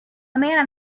man